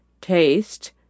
taste